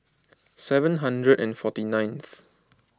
seven hundred and forty ninth